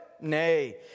Nay